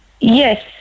Yes